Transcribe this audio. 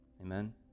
Amen